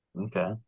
Okay